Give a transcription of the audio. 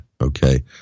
okay